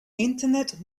internet